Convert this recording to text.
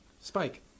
Spike